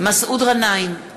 מסעוד גנאים,